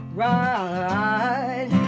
right